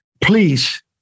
please